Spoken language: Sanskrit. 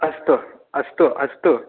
अस्तु अस्तु अस्तु